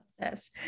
Yes